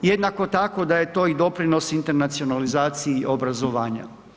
Jednako tako, da je to i doprinos internacionalizaciji obrazovanja.